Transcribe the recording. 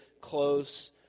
close